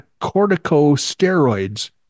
corticosteroids